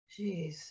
Jeez